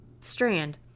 Strand